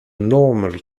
normal